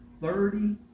thirty